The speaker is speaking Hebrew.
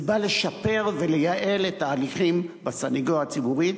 זה בא לשפר ולייעל את ההליכים בסניגוריה הציבורית,